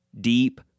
deep